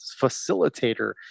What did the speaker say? facilitator